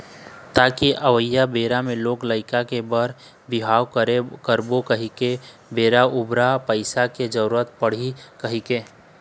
ताकि अवइया बेरा म लोग लइका के बर बिहाव करबो कहिके अउ बेरा उबेरा पइसा के जरुरत पड़ही कहिके